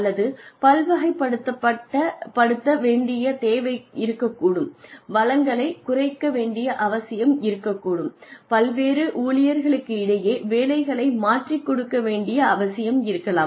அல்லது பல்வகைப் படுத்த வேண்டிய தேவை இருக்கக்கூடும் வளங்களைக் குறைக்க வேண்டிய அவசியம் இருக்கக்கூடும் பல்வேறு ஊழியர்களிடையே வேலைகளை மாற்றிக் கொடுக்க வேண்டிய அவசியம் இருக்கலாம்